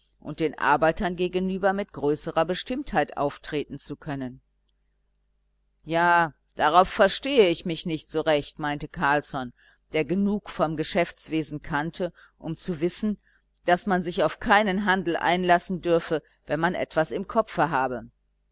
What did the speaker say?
und den arbeitern gegenüber mit größerer bestimmtheit auftreten zu können ja darauf verstehe ich mich nicht so recht meinte carlsson der genug vom geschäftswesen kannte um zu wissen daß man sich auf keinen handel einlassen dürfe wenn man etwas im kopfe habe